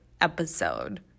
episode